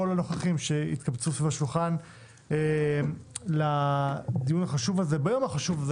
הנוכחים שהתקבצו סביב השולחן לדיון החשוב הזה ביום החשוב הזה.